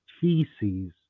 feces